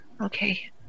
Okay